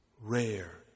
rare